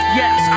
yes